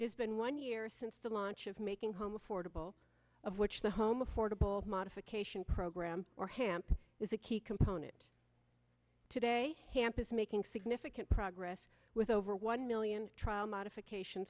has been one year since the launch of making home affordable of which the home affordable modification program or hamp is a key component today campus making significant progress with over one million trial modification